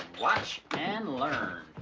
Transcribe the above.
watch and learn.